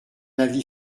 avis